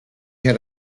had